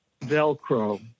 Velcro